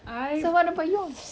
so what about yours